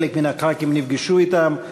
חלק מן הח"כים נפגשו אתם.